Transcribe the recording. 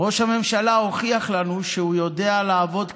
ראש הממשלה הוכיח לנו שהוא יודע לעבוד קשה,